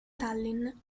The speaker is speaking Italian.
tallinn